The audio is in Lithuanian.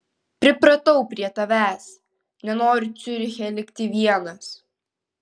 pripratau prie tavęs nenoriu ciuriche likti vienas